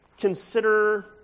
consider